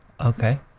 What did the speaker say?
Okay